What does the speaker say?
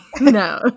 No